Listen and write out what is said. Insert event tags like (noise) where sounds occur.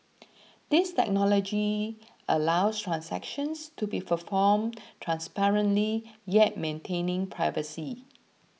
this technology allows transactions to be performed transparently yet maintaining privacy (noise)